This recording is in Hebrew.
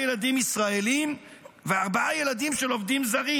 ילדים ישראלים וארבעה ילדים של עובדים זרים.